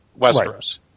Westeros